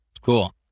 Cool